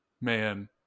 man